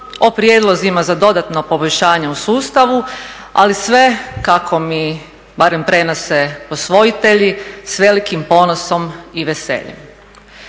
o prijedlozima za dodatno poboljšanje u sustavu, ali sve kako mi barem prenose posvojitelji s velikim ponosom i veseljem.